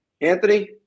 Anthony